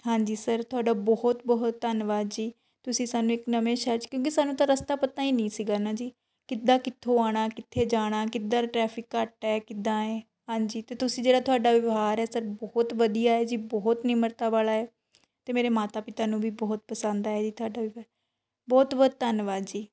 ਹਾਂਜੀ ਸਰ ਤੁਹਾਡਾ ਬਹੁਤ ਬਹੁਤ ਧੰਨਵਾਦ ਜੀ ਤੁਸੀਂ ਸਾਨੂੰ ਇੱਕ ਨਵੇਂ ਸ਼ਹਿਰ 'ਚ ਕਿਉਂਕਿ ਸਾਨੂੰ ਤਾਂ ਰਸਤਾ ਪਤਾ ਹੀ ਨਹੀਂ ਸੀਗਾ ਨਾ ਜੀ ਕਿੱਦਾਂ ਕਿੱਥੋਂ ਆਉਣਾ ਕਿੱਥੇ ਜਾਣਾ ਕਿੱਧਰ ਟਰੈਫਿਕ ਘੱਟ ਹੈ ਕਿੱਦਾਂ ਹੈ ਹਾਂਜੀ ਅਤੇ ਤੁਸੀਂ ਜਿਹੜਾ ਤੁਹਾਡਾ ਵਿਵਹਾਰ ਹੈ ਸਰ ਬਹੁਤ ਵਧੀਆ ਹੈ ਜੀ ਬਹੁਤ ਨਿਮਰਤਾ ਵਾਲਾ ਹੈ ਅਤੇ ਮੇਰੇ ਮਾਤਾ ਪਿਤਾ ਨੂੰ ਵੀ ਬਹੁਤ ਪਸੰਦ ਆਏ ਤੁਹਾਡਾ ਵਿਵਹਾਰ ਬਹੁਤ ਬਹੁਤ ਧੰਨਵਾਦ ਜੀ